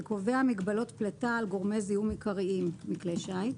וקובע מגבלות פליטה על גורמי זיהום עיקריים מכלי שיט.